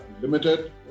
limited